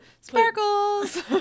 Sparkles